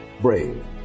brave